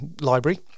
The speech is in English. Library